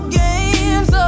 games